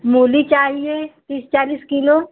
मूली चाहिए तीस चालीस किलो